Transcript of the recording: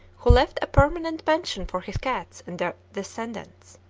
who left a permanent pension for his cats and their descendants.